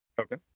okay